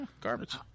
Garbage